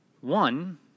One